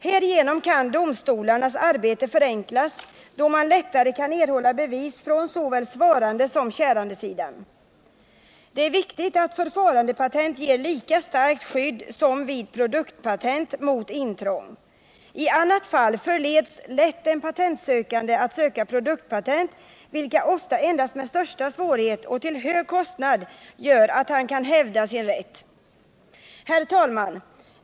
Härigenom kan domstolarnas arbete förenklas, då man lättare kan erhålla bevis från såväl svarandesom kärandesidan. Det är viktigt att förfarandepatent ger lika starkt skydd mot intrång som föreligger vid produktpatent. I annat fall förleds lätt den patentsökande att söka produktpatent, vilket ofta gör att han endast med största svårighet och till hög kostnad kan hävda sin rätt. Herr talman!